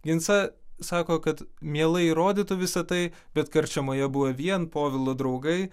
ginsa sako kad mielai įrodytų visa tai bet karčemoje buvo vien povilo draugai